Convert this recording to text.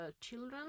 Children